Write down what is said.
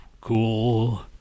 cool